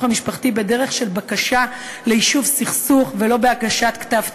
המשפחתי בדרך של בקשה ליישוב סכסוך ולא בהגשת כתב תביעה.